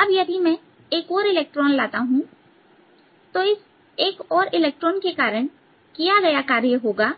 अब यदि मैं एक और इलेक्ट्रॉन लाता हूं तो इस एक और इलेक्ट्रॉन के कारण किया गया कार्य होगा